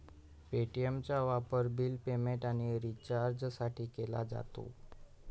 पे.टी.एमचा वापर bill payment आणि रिचार्जसाठी केला जातो